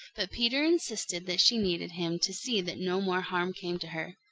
but peter insisted that she needed him to see that no more harm came to her.